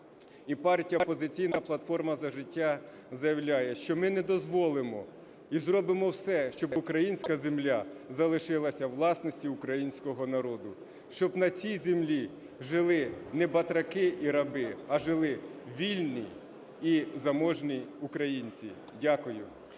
партія "Опозиційна платформа - За життя" заявляє, що ми не дозволимо і зробимо все, щоб українська земля залишилася у власності українського народу, щоб на цій землі жили не батраки і раби, а жили вільні і заможні українці. Дякую.